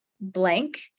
blank